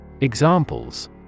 Examples